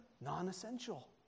non-essential